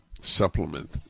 supplement